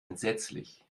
entsetzlich